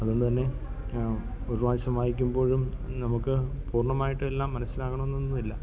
അതുകൊണ്ട് തന്നെ ഒരു പ്രാവശ്യം വായിക്കുമ്പോഴും നമുക്ക് പൂർണ്ണമായിട്ടും എല്ലാം മനസ്സിലാകണമെന്നൊന്നുമില്ല